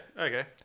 Okay